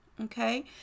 okay